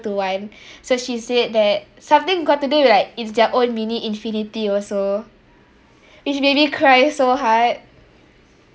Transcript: to one so she said that something got to do with like it's their own mini infinity also which made me cry so hard